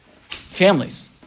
families